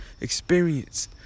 experience